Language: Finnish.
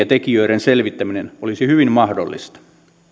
tekijöiden selvittäminen olisi hyvin mahdollista